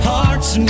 Hearts